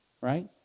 right